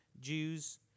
Jews